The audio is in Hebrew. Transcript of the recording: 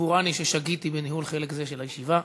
סבורני ששגיתי בניהול חלק זה של הישיבה.